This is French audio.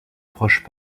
proches